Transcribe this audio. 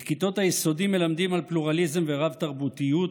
את כיתות היסודי מלמדים על פלורליזם ורב-תרבותיות